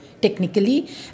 Technically